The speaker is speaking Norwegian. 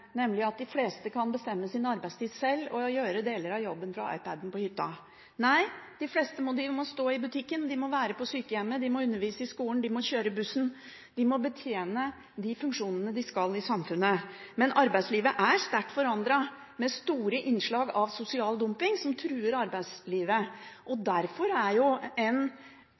nemlig at de fleste kan bestemme sin arbeidstid sjøl og gjøre deler av jobben fra iPad-en på hytta. Nei, de fleste må stå i butikken, de må være på sykehjemmet, de må undervise i skolen, de må kjøre bussen – de må betjene de funksjonene de skal i samfunnet. Men arbeidslivet er sterkt forandret, med store innslag av sosial dumping som truer arbeidslivet. Derfor vil en såkalt oppmyking av de reglene, som Venstre foreslår, og